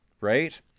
right